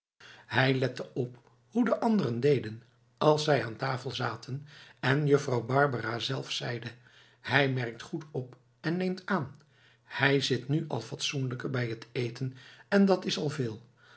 hij lette op hoe de anderen deden als zij aan tafel zaten en juffrouw barbara zelfs zeide hij merkt goed op en neemt aan hij zit nu al fatsoenlijker bij t eten en dat is al veel